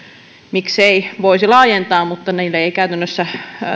miksei voisi laajentaa mutta käytännössä